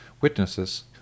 witnesses